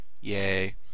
Yay